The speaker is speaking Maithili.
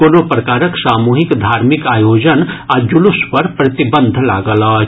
कोनो प्रकारक सामूहिक धार्मिक आयोजन आ जुलूस पर प्रतिबंध लागल अछि